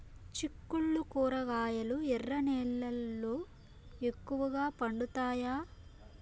చిక్కుళ్లు కూరగాయలు ఎర్ర నేలల్లో ఎక్కువగా పండుతాయా